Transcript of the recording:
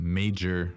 major